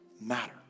matter